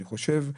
אני חושב,